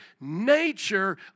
nature